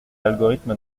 l’algorithme